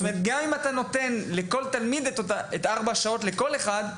גם אם אתה נותן את ארבע השעות לכל אחד מהתלמידים,